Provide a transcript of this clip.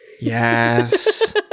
yes